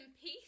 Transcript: peace